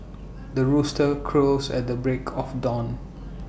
the rooster crows at the break of dawn